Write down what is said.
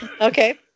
okay